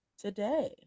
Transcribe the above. today